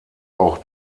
auch